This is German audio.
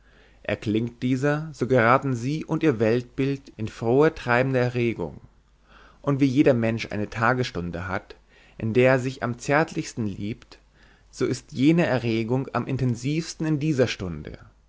zusammensetzt erklingt dieser so geraten sie und ihr weltbild in frohe treibende erregung und wie jeder mensch eine tagesstunde hat in der er sich am zärtlichsten liebt so ist jene erregung am intensivsten in dieser stunde